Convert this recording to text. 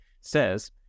says